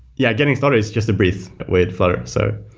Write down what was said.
yeah, getting started is just a breeze with flutter. so,